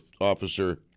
Officer